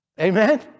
Amen